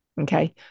okay